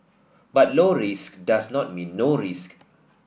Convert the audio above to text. but low risk does not mean no risk